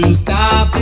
stop